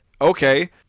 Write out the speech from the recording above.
Okay